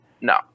No